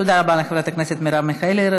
תודה רבה לחברת הכנסת מרב מיכאלי.